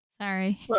Sorry